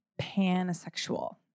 pansexual